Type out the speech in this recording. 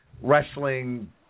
Wrestling